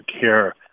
care